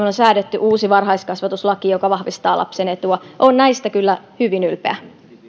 on säädetty uusi varhaiskasvatuslaki joka vahvistaa lapsen etua olen näistä kyllä hyvin ylpeä